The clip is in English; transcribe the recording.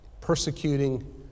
persecuting